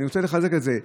ואני רוצה לחזק את זה,